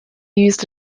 used